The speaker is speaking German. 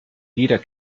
jeder